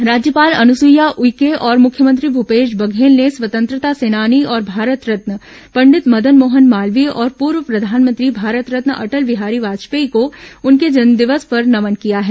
संक्षिप्त समाचार राज्यपाल अनुसुईया उइके और मुख्यमंत्री भूपेश बघेल ने स्वतंत्रता सेनानी और भारत रत्न पंडित मदन मोहन मालवीय और पूर्व प्रधानमंत्री भारत रत्न अटल बिहारी वाजपेयी को उनके जन्मदिवस पर नमन किया है